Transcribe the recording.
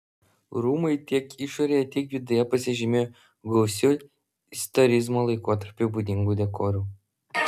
rūmai tiek išorėje tiek viduje pasižymėjo gausiu istorizmo laikotarpiui būdingu dekoru